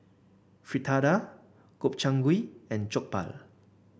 Fritada Gobchang Gui and Jokbal